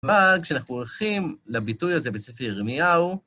אבל כשאנחנו הולכים לביטוי הזה בספר ירמיהו,